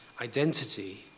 identity